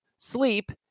sleep